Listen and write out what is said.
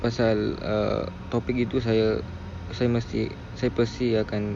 pasal uh topic itu saya saya mesti saya pasti akan